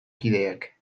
kideak